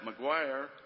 McGuire